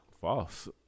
False